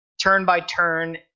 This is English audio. turn-by-turn